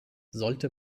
sollte